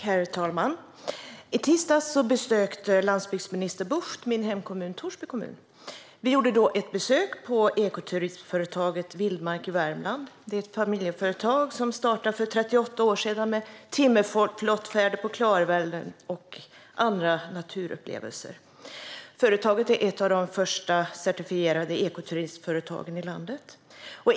Herr talman! I tisdags besökte landsbygdsminister Bucht min hemkommun, Torsby. Vi gjorde då ett besök på ekoturistföretaget Vildmark i Värmland. Det är ett familjeföretag som startade för 38 år sedan med timmerflottfärd på Klarälven och andra naturupplevelser. Företaget är ett av de första certifierade ekoturistföretagen i landet.